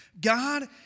God